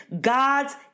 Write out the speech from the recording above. God's